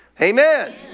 Amen